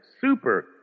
super